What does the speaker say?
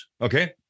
Okay